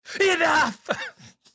ENOUGH